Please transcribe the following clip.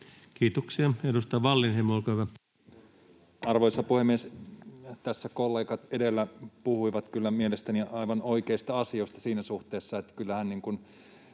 Kiitoksia. — Edustaja Wallinheimo, olkaa hyvä. Arvoisa puhemies! Tässä edellä kollegat puhuivat kyllä mielestäni aivan oikeista asioista siinä suhteessa, että kyllähän tämä